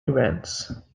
events